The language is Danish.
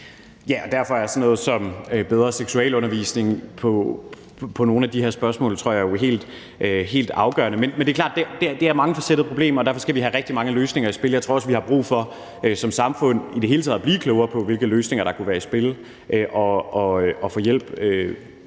som bedre seksualundervisning i den forbindelse jo helt afgørende, tror jeg. Men det er klart, at det er mangefacetterede problemer, og derfor skal vi have rigtig mange løsninger i spil. Jeg tror også, at vi har brug for som samfund i det hele taget at blive klogere på, hvilke løsninger der kunne være i spil, og få hjælp